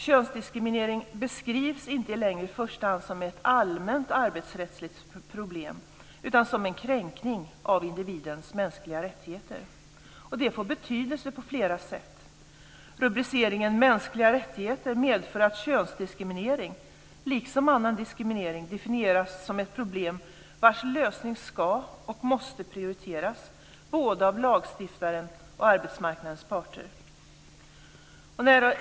Könsdiskriminering beskrivs inte längre i första hand som ett allmänt arbetsrättsligt problem utan som en kränkning av individens mänskliga rättigheter. Det får betydelse på flera sätt. Rubriceringen mänskliga rättigheter medför att könsdiskriminering, liksom annan diskriminering, definieras som ett problem vars lösning ska och måste prioriteras både av lagstiftaren och arbetsmarknadens parter.